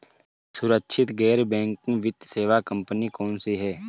सुरक्षित गैर बैंकिंग वित्त सेवा कंपनियां कौनसी हैं?